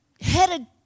headed